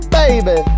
baby